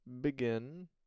begin